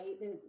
right